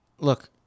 Look